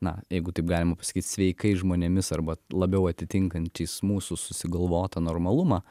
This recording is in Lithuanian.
na jeigu taip galima pasakyt sveikais žmonėmis arba labiau atitinkančiais mūsų susigalvotą normalumą